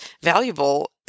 valuable